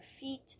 feet